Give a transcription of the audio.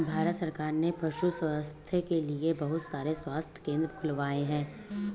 भारत सरकार ने पशु स्वास्थ्य के लिए बहुत सारे स्वास्थ्य केंद्र खुलवाए हैं